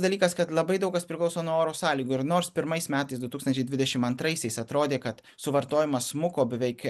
dalykas kad labai daug kas priklauso nuo oro sąlygų ir nors pirmais metais du tūkstančiai dvidešim antraisiais atrodė kad suvartojimas smuko beveik